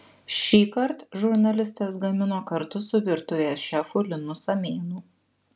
šįkart žurnalistas gamino kartu su virtuvės šefu linu samėnu